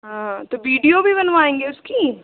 हाँ तो बीडीओ भी बनवाएंगे उसकी